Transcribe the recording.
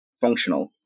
functional